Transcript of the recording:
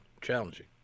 Challenging